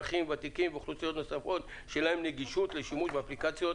אזרחים ותיקים ואוכלוסיות נוספות שאין להן נגישות לשימוש באפליקציות,